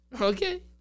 Okay